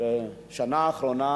בשנה האחרונה